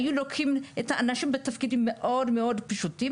היו לוקחים תפקידים מאוד מאוד פשוטים,